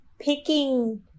Picking